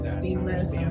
seamless